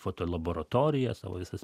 fotolaboratoriją savo visas